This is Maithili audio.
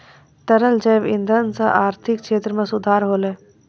तरल जैव इंधन सँ आर्थिक क्षेत्र में सुधार होलै